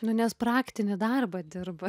nu nes praktinį darbą dirba